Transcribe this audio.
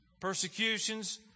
persecutions